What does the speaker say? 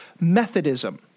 Methodism